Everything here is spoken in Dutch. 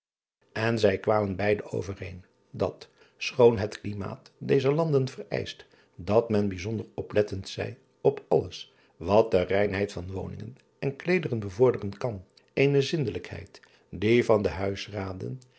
en zij kwamen beide overeen dat schoon het klimaat dezer landen vereischt dat men bijzonder oplettend zij op alles wat de reinheid van woningen en kleederen bevorderen kan eene zindelijkheid die van de huisraden en